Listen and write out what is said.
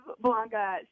blanca